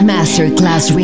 Masterclass